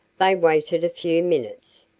they waited a few minutes,